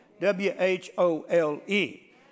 W-H-O-L-E